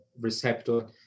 receptor